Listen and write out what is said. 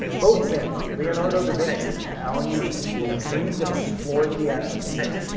both men, leonardo da vinci and alan eustace, have dreamed of exploring the atmosphere.